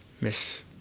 Miss